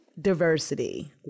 diversity